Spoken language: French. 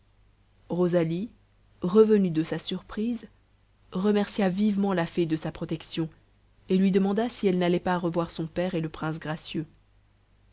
rosalie revenue de sa surprise remercia vivement la fée de sa protection et lui demanda si elle n'allait pas revoir son père et le prince gracieux